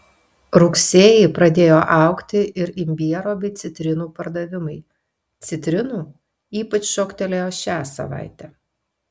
rugsėjį pradėjo augti ir imbiero bei citrinų pardavimai citrinų ypač šoktelėjo šią savaitę